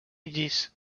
llis